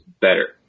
better